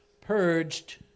purged